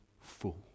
full